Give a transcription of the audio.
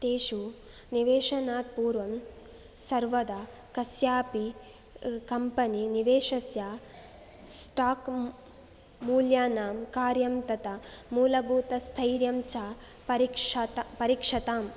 तेषु निवेशनात् पूर्वं सर्वदा कस्यापि कम्पनि निवेशस्य स्टाक् मूल्यानां कार्यं तथा मूलभूतस्थैर्यं च परीक्षात परीक्षताम्